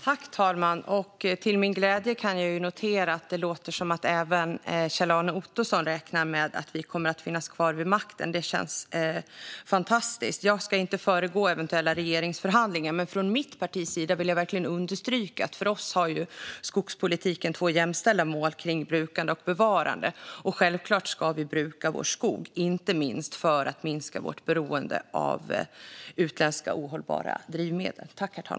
Herr talman! Till min glädje kan jag notera att det låter som att även Kjell-Arne Ottosson räknar med att vi kommer att finnas kvar vid makten. Det känns fantastiskt! Jag ska inte föregripa eventuella regeringsförhandlingar, men från mitt partis sida vill vi verkligen understryka att skogspolitiken för oss har två jämställda mål för brukande och bevarande. Självklart ska vi bruka vår skog, inte minst för att minska vårt beroende av utländska ohållbara drivmedel.